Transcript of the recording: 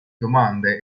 domande